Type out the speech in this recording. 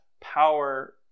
power